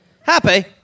Happy